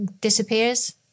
disappears